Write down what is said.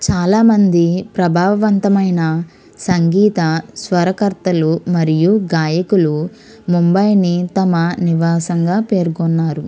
చాలా మంది ప్రభావవంతమైన సంగీత స్వరకర్తలు మరియు గాయకులు ముంబైని తమ నివాసంగా పేర్కొన్నారు